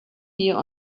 here